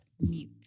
mute